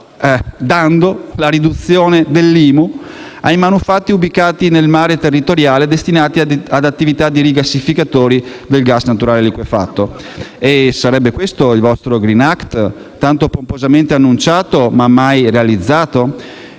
la riduzione dell'IMU ai manufatti ubicati nel mare territoriale destinati ad attività di rigassificatori del gas naturale liquefatto. E sarebbe questo il vostro Green Act, tanto pomposamente annunciato, ma mai realizzato?